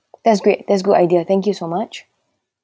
that's great that's good idea thank you so much